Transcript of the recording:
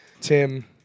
Tim